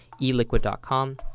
eLiquid.com